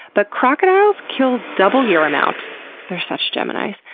but crocodiles kill double your amount they're such geminis.